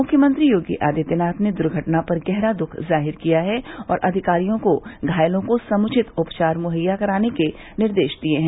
मुख्यमंत्री योगी आदित्यनाथ ने दर्घटना पर गहरा दुःख जाहिर किया है और अधिकारियों को घायलों को समुचित उपचार मुहैया कराने का निर्देश दिया है